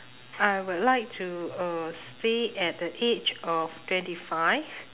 I would like to uh stay at the age of twenty five